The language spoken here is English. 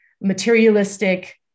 materialistic